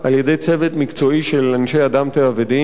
צוות מקצועי של אנשי "אדם טבע ודין".